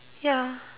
ya